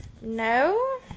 No